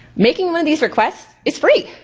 making one of these requests is free.